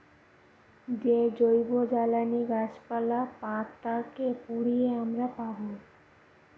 যে জৈবজ্বালানী গাছপালা, পাতা কে পুড়িয়ে আমরা পাবো